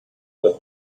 was